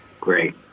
Great